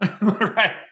right